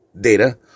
data